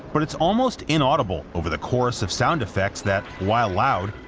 but it's almost inaudible over the chorus of sound effects that, while loud,